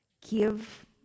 give